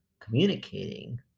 communicating